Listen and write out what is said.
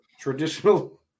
traditional